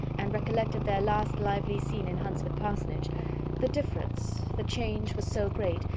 and recollected their last lively scene in hunsford parsonage the difference, the change was so great,